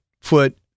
foot